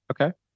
Okay